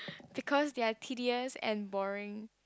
because they are tedious and boring